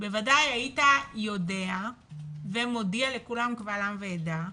בוודאי היית יודע ומודיע לכולם קבל עם ועדה,